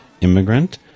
Immigrant